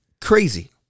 crazy